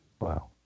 Wow